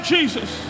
Jesus